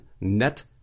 net